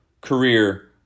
career